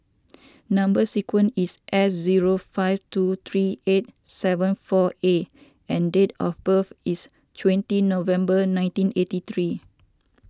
Number Sequence is S zero five two three eight seven four A and date of birth is twenty November nineteen eighty three